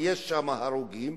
ויש שם הרוגים,